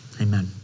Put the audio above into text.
Amen